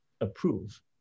approve